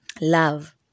Love